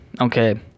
Okay